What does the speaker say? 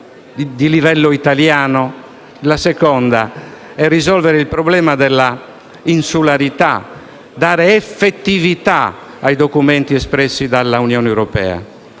il secondo punta a risolvere il problema della insularità, a dare effettività ai documenti espressi dalla Unione europea.